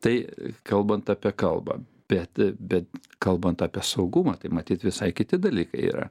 tai kalbant apie kalbą bet bet kalbant apie saugumą tai matyt visai kiti dalykai yra